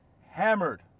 hammered